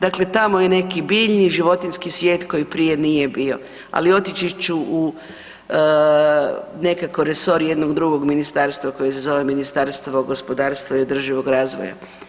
Dakle, tamo je neki biljni i životinjski svijet koji prije nije bio, ali otići ću nekako u resor jednog drugog ministarstva koje se zove Ministarstvo gospodarstva i održivog razvoja.